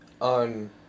on